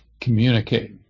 communicate